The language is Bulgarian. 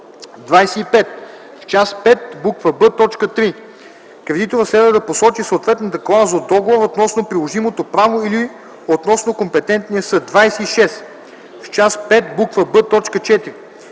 25. В част V, буква „б”, т. 3 кредиторът следва да посочи съответната клауза от договора относно приложимото право или относно компетентния съд. 26. В част V, буква